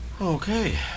Okay